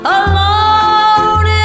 alone